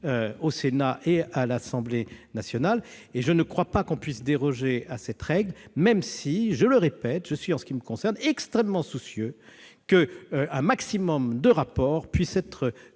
au Sénat et à l'Assemblée nationale. Je ne crois pas que l'on puisse déroger à cette règle, même si, encore une fois, je suis extrêmement soucieux qu'un maximum de rapports puissent être